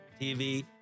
TV